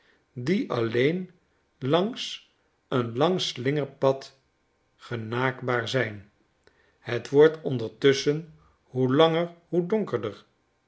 die alleen langs een lang slingerpad genaakbaar zijn het wordt ondertusschen hoelanger hoe donkerder